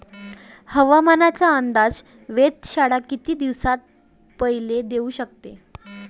हवामानाचा अंदाज वेधशाळा किती दिवसा पयले देऊ शकते?